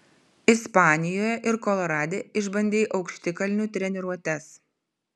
ispanijoje ir kolorade išbandei aukštikalnių treniruotes